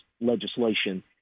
legislation